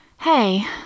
Hey